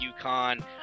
uconn